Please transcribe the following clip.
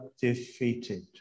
defeated